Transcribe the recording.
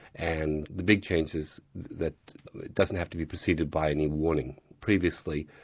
and the big change is that it doesn't have to be preceded by any warning. previously,